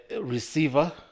receiver